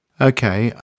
Okay